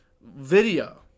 Video